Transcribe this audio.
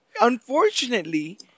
Unfortunately